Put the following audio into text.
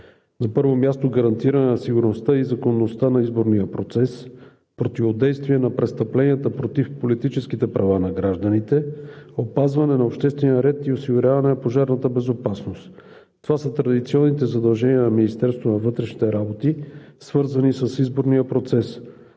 На първо място, гарантиране на сигурността и законността на изборния процес, противодействие на престъпленията против политическите права на гражданите, опазване на обществения ред и осигуряване на пожарната безопасност. Това са традиционните задължения на Министерството на вътрешните работи, свързани с изборния процес.